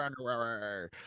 January